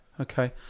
Okay